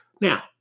Now